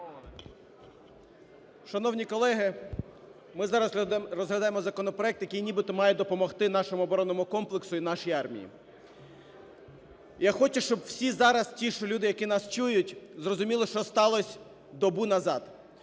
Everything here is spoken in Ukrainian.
Шановні колеги, ми зараз розглядаємо законопроект, який нібито має допомогти нашому оборонному комплексу і нашій армії. Я хочу, щоб всі зараз ті ж люди, які нас чують, зрозуміли, що сталося добу назад.